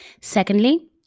Secondly